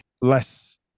less